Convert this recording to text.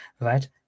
right